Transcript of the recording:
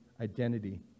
identity